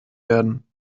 werden